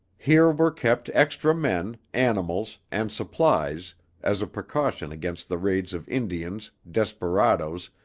here were kept extra men, animals, and supplies as a precaution against the raids of indians, desperadoes,